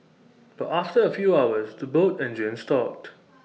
but after A few hours the boat engines stopped